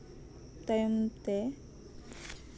ᱛᱟᱭᱚᱢ ᱛᱮ